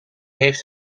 heeft